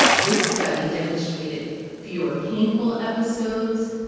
this study demonstrated fewer painful episodes,